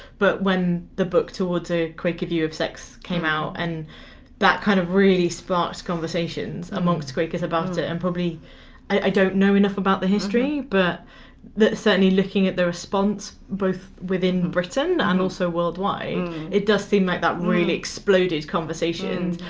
but when the book towards a quaker view of sex came out and that kind of really sparked conversations amongst quakers about it and probably i don't know enough about the history but certainly looking at the response both within britain and also worldwide it does seem like that really exploded conversations.